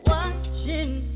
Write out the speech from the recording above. Watching